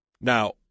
Now